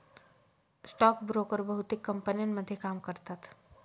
stock broker बहुतेक कंपन्यांमध्ये काम करतात